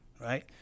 right